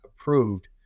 approved